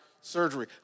surgery